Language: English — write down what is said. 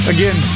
Again